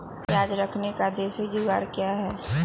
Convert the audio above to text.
प्याज रखने का देसी जुगाड़ क्या है?